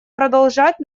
продолжать